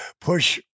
push